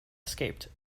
escaped